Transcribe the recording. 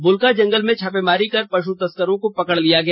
बुल्का जंगल में छापामारी कर पशु तस्करों को पकड लिया गया